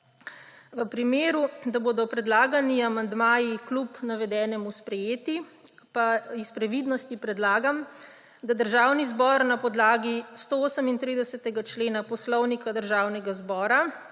še povečeval. Če bodo predlagani amandmaji kljub navedenemu sprejeti, pa iz previdnosti predlagam, da Državni zbor na podlagi 138. člena Poslovnika Državnega zbora